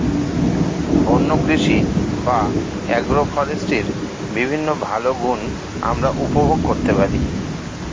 বন্য কৃষি বা অ্যাগ্রো ফরেস্ট্রির বিভিন্ন ভালো গুণ আমরা উপভোগ করতে পারি